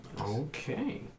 Okay